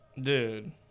Dude